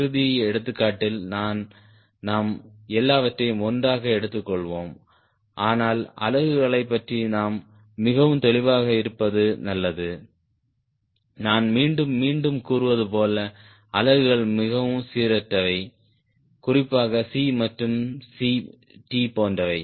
இறுதி எடுத்துக்காட்டில் நாம் எல்லாவற்றையும் ஒன்றாக எடுத்துக்கொள்வோம் ஆனால் அலகுகளைப் பற்றி நாம் மிகவும் தெளிவாக இருப்பது நல்லது நான் மீண்டும் மீண்டும் கூறுவது போல் அலகுகள் மிகவும் சீரற்றவை குறிப்பாக C மற்றும் Ct போன்றவை